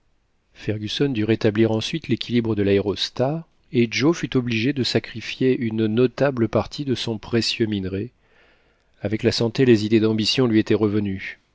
fergusson dut rétablir ensuite l'équilibre de l'aérostat et joe fut obligé de sacrifier une notable partie de son précieux minerai avec la santé les idées d'ambition lui étaient revenues